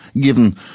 Given